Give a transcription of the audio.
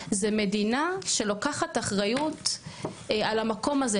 זו מדינה שלוקחת אחריות על המקום הזה.